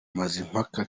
mazimpaka